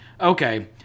okay